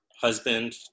husband